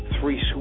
three